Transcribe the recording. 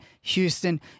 Houston